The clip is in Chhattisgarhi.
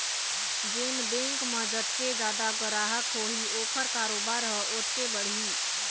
जेन बेंक म जतके जादा गराहक होही ओखर कारोबार ह ओतके बढ़ही